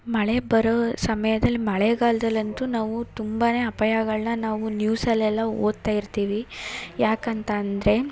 ಮಳೆ ಬರೋ ಸಮಯದಲ್ಲಿ ಮಳೆಗಾಲ್ದಲ್ಲಿ ಅಂತು ನಾವು ತುಂಬ ಅಪಾಯಗಳನ್ನ ನಾವು ನ್ಯೂಸಲೆಲ್ಲ ಓದ್ತಾ ಇರ್ತೀವಿ ಯಾಕೆ ಅಂತ ಅಂದರೆ